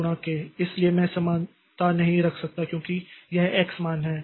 इसलिए मैं समानता नहीं रख सकता क्योंकि यह x मान है